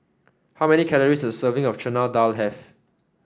how many calories does a serving of Chana Dal have